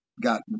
got